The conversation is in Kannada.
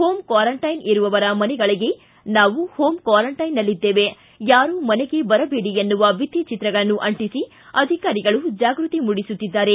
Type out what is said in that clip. ಹೋಂ ಕ್ವಾರಂಟೈನ್ ಇರುವವರ ಮನೆಗಳಿಗೆ ನಾವು ಹೋಂ ಕ್ವಾರಂಟೈನ್ನಲ್ಲಿದ್ದೇವೆ ಯಾರೂ ಮನೆಗೆ ಬರಬೇಡಿ ಎನ್ನುವ ಬಿತ್ತಿ ಚಿತ್ರಗಳನ್ನು ಅಂಟಿಸಿ ಅಧಿಕಾರಿಗಳು ಜಾಗೃತಿ ಮೂಡಿಸುತ್ತಿದ್ದಾರೆ